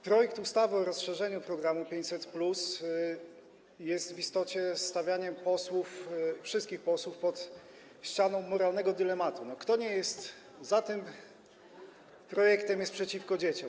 Projekt ustawy o rozszerzeniu programu 500+ jest w istocie stawianiem posłów, wszystkich posłów, pod ścianą moralnego dylematu: kto nie jest za tym projektem, jest przeciwko dzieciom.